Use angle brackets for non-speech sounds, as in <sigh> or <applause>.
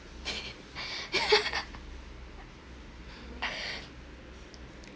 <laughs>